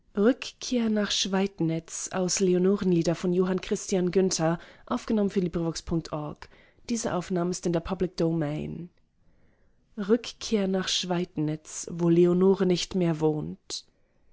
der welt rückkehr nach schweidnitz wo leonore nicht mehr wohnt